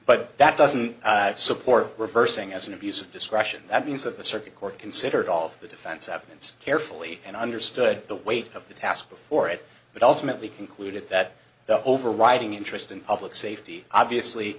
but that doesn't support reversing as an abuse of discretion that means that the circuit court considered all of the defense evidence carefully and understood the weight of the task before it but ultimately concluded that the overriding interest in public safety obviously